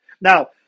now